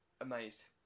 amazed